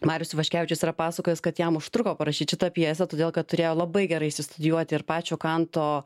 marius ivaškevičius yra pasakojęs kad jam užtruko parašyti šitą pjesę todėl kad turėjo labai gerai išstudijuoti pačio kanto